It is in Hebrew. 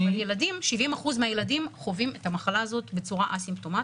אבל 70% מהילדים חווים את המחלה הזאת בצורה אסימפטומטית,